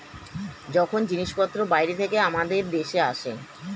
যখন জিনিসপত্র বাইরে থেকে আমাদের দেশে আসে